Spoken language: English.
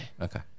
Okay